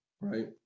right